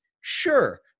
Sure